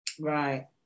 Right